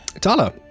tala